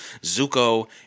Zuko